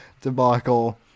debacle